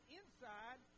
inside